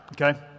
okay